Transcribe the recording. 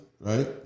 right